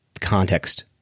context